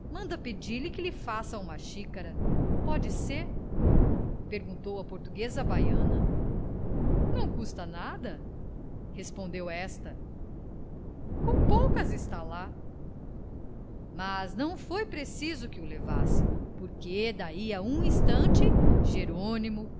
manda pedir-lhe que lhe faça uma xícara pode ser perguntou a portuguesa à baiana não custa nada respondeu esta com poucas está lá mas não foi preciso que o levasse porque daí a um instante jerônimo